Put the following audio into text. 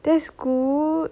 that's good